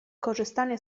korzystanie